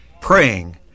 praying